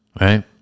right